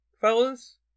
fellas